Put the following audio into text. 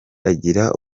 agira